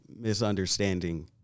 misunderstanding